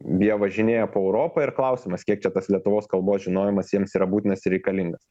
jie važinėja po europą ir klausimas kiek čia tas lietuvos kalbos žinojimas jiems yra būtinas ir reikalingas